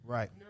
Right